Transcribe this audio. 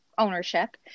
ownership